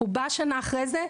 הוא בא בשנה אחרי זה,